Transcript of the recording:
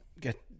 get